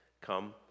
Come